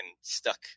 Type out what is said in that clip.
stuck